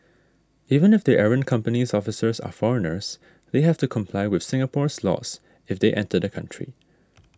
even if the errant company's officers are foreigners they have to comply with Singapore's laws if they enter the country